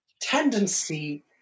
tendency